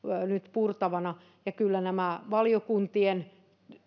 purtavana kyllä nämä valiokuntien